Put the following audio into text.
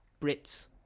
Brits